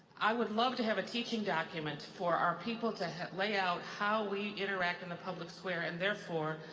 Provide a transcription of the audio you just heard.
i would love to have a teaching document for our people to lay out how we interact in the public square, and therefore,